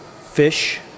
fish